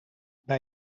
bij